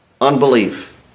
Unbelief